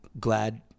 glad